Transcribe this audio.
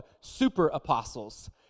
super-apostles